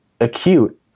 acute